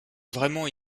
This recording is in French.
vraiment